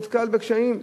הוא נתקל בקשיים.